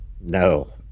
No